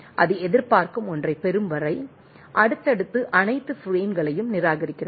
எனவே 1 ஐ எதிர்பார்க்கிறது 1 க்கு பதிலாக இது 2 3 போன்றவை பெறுகிறது இது எல்லா பிரேம்களையும் நிராகரிக்கிறது